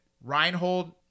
Reinhold